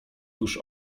tuż